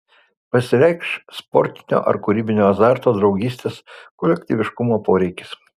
pasireikš sportinio ar kūrybinio azarto draugystės kolektyviškumo poreikis